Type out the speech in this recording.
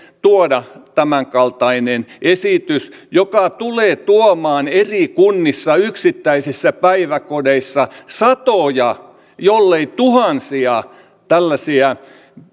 tuodaan tämänkaltainen esitys joka tulee tuomaan eri kunnissa yksittäisissä päiväkodeissa satoja jollei tuhansia tällaisia